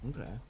okay